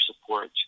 support